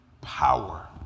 power